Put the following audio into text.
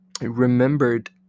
remembered